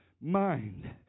mind